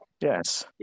yes